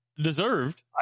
deserved